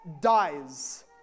dies